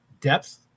depth